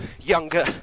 younger